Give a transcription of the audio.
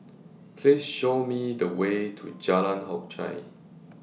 Please Show Me The Way to Jalan Hock Chye